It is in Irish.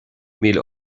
míle